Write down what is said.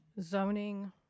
Zoning